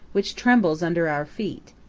which trembles under our feet,